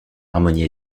harmonie